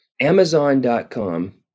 amazon.com